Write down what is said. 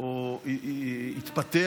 לא התפתח